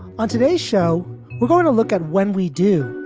on today's show we're going to look at when we do.